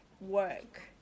work